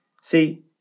See